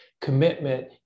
commitment